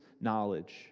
knowledge